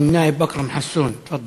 אכרם חסון, תפאדל.